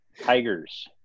Tigers